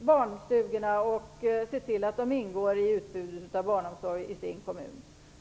barnstugor och se till att de ingår i utbudet av barnomsorg i kommunen.